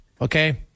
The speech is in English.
okay